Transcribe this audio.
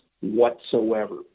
whatsoever